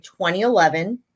2011